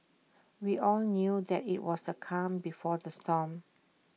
we all knew that IT was the calm before the storm